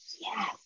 yes